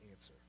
answer